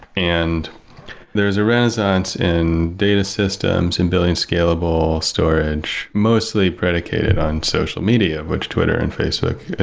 and there's a renaissance in data systems in building scalable storage mostly predicated on social media, which twitter and facebook, ah